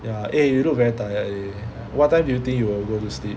ya eh you look very tired leh what time do you think you will go to sleep